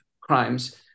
crimes